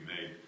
made